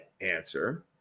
answer